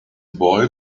boy